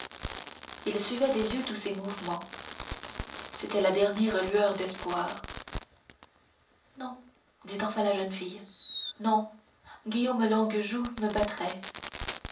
il suivait des yeux tous ses mouvements c'était la dernière lueur d'espoir non dit enfin la jeune fille non guillaume longuejoue me battrait